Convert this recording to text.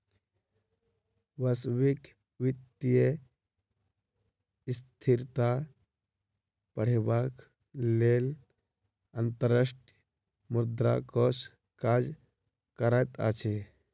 वैश्विक वित्तीय स्थिरता बढ़ेबाक लेल अंतर्राष्ट्रीय मुद्रा कोष काज करैत अछि